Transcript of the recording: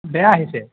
বেয়া আহিছে